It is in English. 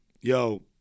Yo